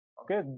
Okay